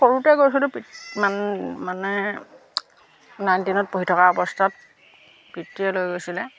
সৰুতে গৈছিলোঁ পিত মান মানে নাইন টেনত পঢ়ি থকা অৱস্থাত পিতৃয়ে লৈ গৈছিলে